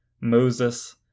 Moses